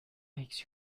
makes